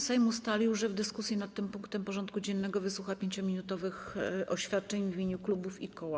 Sejm ustalił, że w dyskusji nad tym punktem porządku dziennego wysłucha 5-minutowych oświadczeń w imieniu klubów i koła.